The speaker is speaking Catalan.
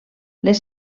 les